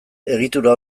egitura